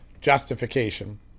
justification